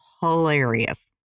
hilarious